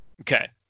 Okay